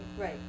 right